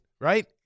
right